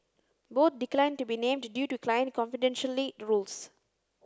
both declined to be named due to client confidentialy rules